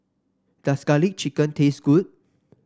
does garlic chicken taste good